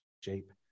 shape